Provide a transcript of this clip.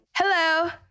Hello